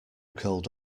curled